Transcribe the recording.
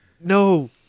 No